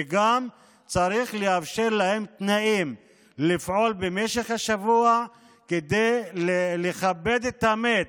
וגם צריך לאפשר להם תנאים לפעול במשך השבוע כדי לכבד את המת.